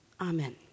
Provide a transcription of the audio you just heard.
Amen